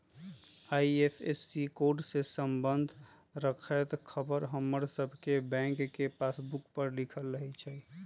IFSC code से संबंध रखैत ख़बर हमर सभके बैंक के पासबुक पर लिखल रहै छइ